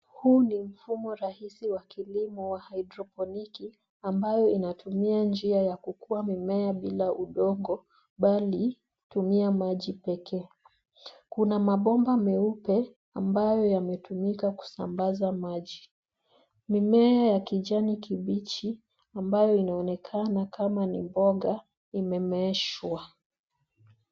Huu ni mfumo rahisi wa kilimo wa haidroponiki ambayo inatumia njia ya kukua mimea bila udongo bali hutumia maji pekee. Kuna mabomba meupe ambayo yanatumika kusambaza maji. Mimea ya kijani kibichi ambayo inaonekana kama ni mboga imemeeshwa.